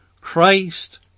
Christ